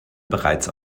bereits